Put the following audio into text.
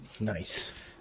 Nice